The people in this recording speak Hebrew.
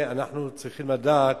אנחנו צריכים לדעת